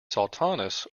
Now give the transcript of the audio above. sultanas